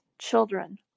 children